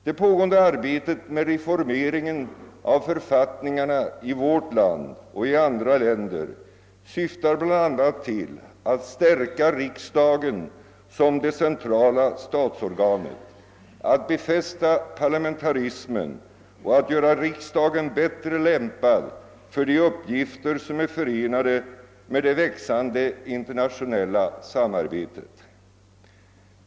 Det pågående arbetet med reformering av författningarna i Sverige och andra länder syftar bland annat till att stärka riksdagens ställning som det centrala statsorganet, att befästa parlamentarismen och att göra riksdagen bättre lämpad för de uppgifter som är förenade med det växande internationella samarbetet.